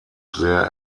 sehr